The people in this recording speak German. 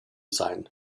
sein